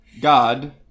God